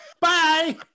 Bye